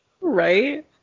Right